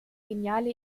geniale